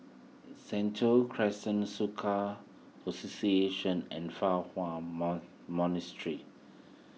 Sentul Crescent Soka Association and Fa Hua